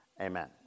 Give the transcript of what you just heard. amen